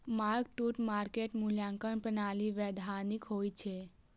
mark to market मूल्यांकन प्रणाली वैधानिक होइ छै